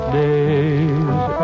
days